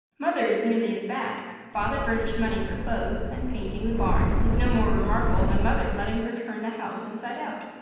mother is nearly as bad. father furnishing money for clothes and painting the barn is no more remarkable than mother letting her turn the house inside out.